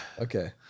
okay